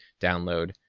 download